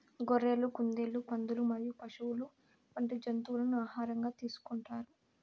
గొర్రెలు, కుందేళ్లు, పందులు మరియు పశువులు వంటి జంతువులను ఆహారంగా తీసుకుంటారు